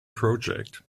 project